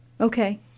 Okay